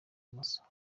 masabo